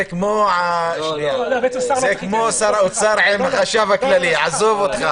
זה כמו שר האוצר עם החשב הכללי, עזוב אותך.